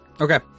Okay